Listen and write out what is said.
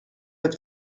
had